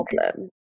problem